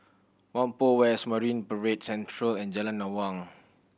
Whampoa West Marine Parade Central and Jalan Awang